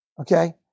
Okay